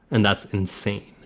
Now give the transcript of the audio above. and that's insane.